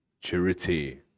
charity